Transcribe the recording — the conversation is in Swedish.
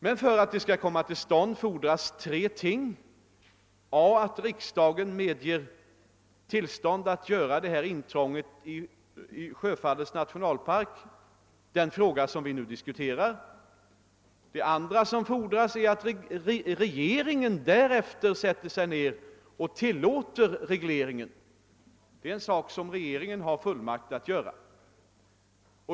Men för att projektet skall komma till stånd fordras tre ting. För det första skall riksdagen ge tillstånd att göra intrång i Stora Sjöfallets nationalpark, den fråga som vi nu diskuterar. För det andra fordras att regeringen därefter tillåter en reglering, något som den har fullmakt att göra.